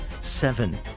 seven